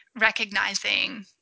recognizing